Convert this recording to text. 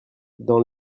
dans